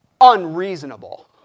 unreasonable